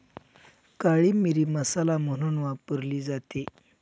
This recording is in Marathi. काळी मिरी मसाला म्हणून वापरली जाते